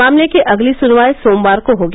मामले की अगली सुनवाई सोमवार को होगी